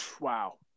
Wow